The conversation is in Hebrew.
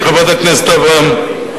חברת הכנסת אברהם,